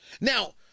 Now